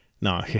No